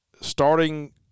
Starting